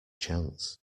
chance